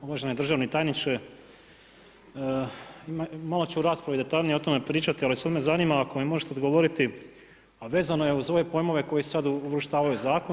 Uvaženi državne tajniče, malo ću u raspravi detaljnije o tome pričati, sad me zanima ako mi možete odgovoriti a vezano je uz ove pojmove koje sada uvrštavaju u zakon.